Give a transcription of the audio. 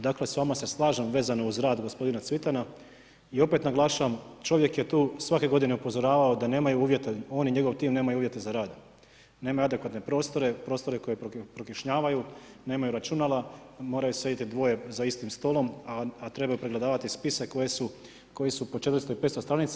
Dakle s vama se slažem vezano uz rad gospodina Cvitana i opet naglašavam, čovjek je tu svake godine upozoravao da nemaju uvjete, on i njegov tim nemaju uvjete za rad, nemaju adekvatne prostore, prostore koji prokišnjavaju, nemaju računala, moraju sjediti dvoje za istim stolom, a trebaju pregledavati spise koji su po 400, 500 stranica.